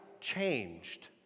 changed